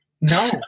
No